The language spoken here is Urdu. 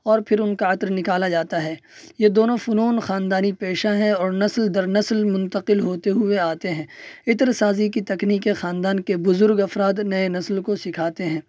اور پھر ان کا عطر نکالا جاتا ہے یہ دونوں فنون خاندانی پیشہ ہیں اور نسل در نسل منتقل ہوتے ہوئے آتے ہیں عطر سازی کی تکنیکیں خاندان کے بزرگ افراد نئے نسل کو سکھاتے ہیں